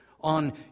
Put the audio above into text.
on